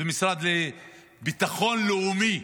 במשרד לביטחון לאומי,